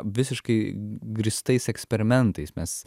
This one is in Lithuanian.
visiškai grįstais eksperimentais mes